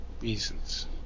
reasons